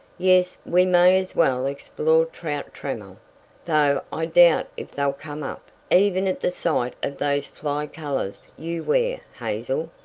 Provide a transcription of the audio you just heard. yes, we may as well explore trout trammel though i doubt if they'll come up even at the sight of those fly colors you wear, hazel.